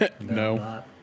No